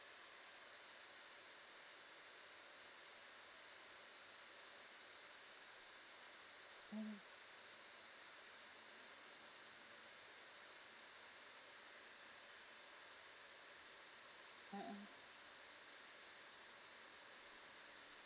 mmhmm mm mm